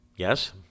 Yes